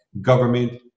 government